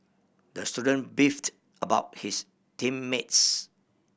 the student beefed about his team mates